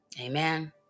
Amen